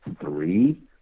Three